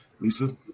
Lisa